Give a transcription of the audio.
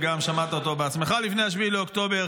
וגם שמעת אותו בעצמך לפני 7 באוקטובר.